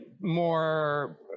more